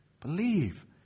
Believe